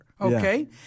okay